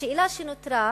השאלה שנותרה